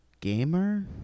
Gamer